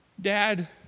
Dad